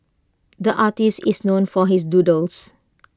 the artist is known for his doodles